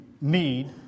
need